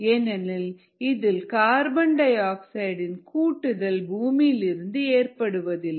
ஏனெனில் இதில் கார்பன் டை ஆக்சைடின் கூட்டுதல் பூமியிலிருந்து ஏற்படுவதில்லை